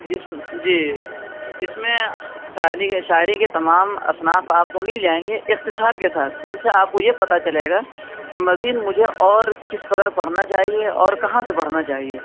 جس جی جس میں شعری شاعری کے تمام اصناف آپ کو مل جائیں گے اختصار کے ساتھ جن سے آپ کو یہ پتہ چلے گا کہ مزید مجھے اور کس قدر پڑھنا چاہیے اور کہاں سے پڑھنا چاہیے